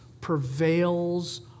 prevails